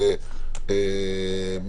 ב-2017.